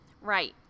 Right